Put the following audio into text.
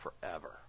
forever